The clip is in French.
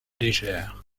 légères